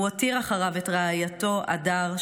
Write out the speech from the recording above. הוא הותיר אחריו את רעייתו אדר,